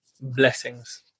blessings